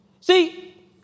See